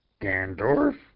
Gandorf